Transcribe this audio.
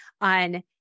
on